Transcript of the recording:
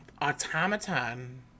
Automaton